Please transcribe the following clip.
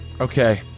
Okay